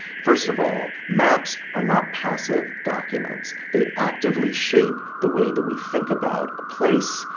first of all, maps are not passive documents. they actively shape the way that we think about a place,